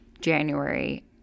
January